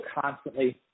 constantly –